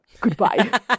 goodbye